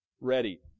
ready